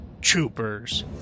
Troopers